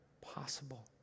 possible